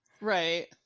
right